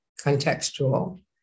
contextual